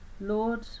lord